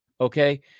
Okay